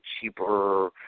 cheaper